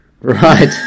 Right